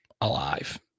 alive